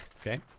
Okay